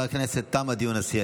אם כן, חברי הכנסת, תם הדיון הסיעתי.